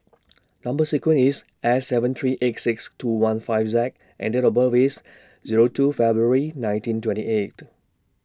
Number sequence IS S seven three eight six two one five Z and Date of birth IS Zero two February nineteen twenty eight